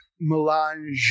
melange